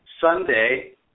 Sunday